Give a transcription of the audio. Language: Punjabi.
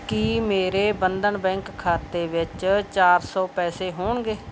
ਕੀ ਮੇਰੇ ਬੰਧਨ ਬੈਂਕ ਖਾਤੇ ਵਿੱਚ ਚਾਰ ਸੌ ਪੈਸੇ ਹੋਣਗੇ